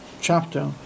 chapter